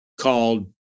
called